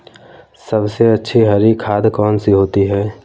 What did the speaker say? सबसे अच्छी हरी खाद कौन सी होती है?